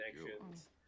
connections